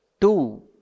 two